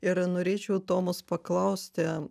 ir norėčiau tomos paklausti